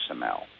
XML